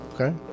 okay